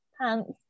pants